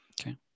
Okay